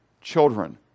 children